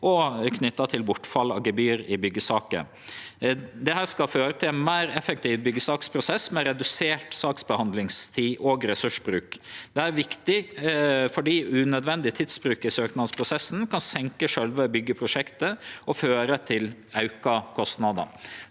knytt til bortfall av gebyr i byggesaker. Dette skal føre til ein meir effektiv byggesaksprosess med redusert saksbehandlingstid og ressursbruk. Dette er viktig fordi unødvendig tidsbruk i søknadsprosessen kan forseinke sjølve byggeprosjektet og føre til auka kostnader.